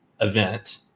event